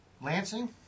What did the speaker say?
Lansing